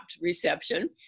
reception